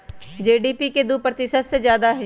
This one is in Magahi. जी.डी.पी के दु प्रतिशत से जादा हई